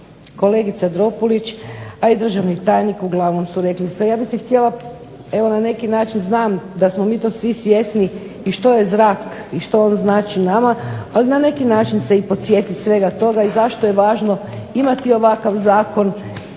kolegica Dropulić, a i državni tajnik uglavnom su rekli sve. Ja bih se htjela evo na neki način znam da smo mi toga svi svjesni što je zrak i što on znači nama, ali na neki način se podsjetiti svega toga i zašto je važno imati ovakav zakon